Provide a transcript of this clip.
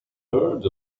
heard